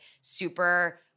super